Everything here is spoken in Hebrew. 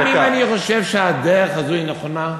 גם אם אני חושב שהדרך הזו היא נכונה,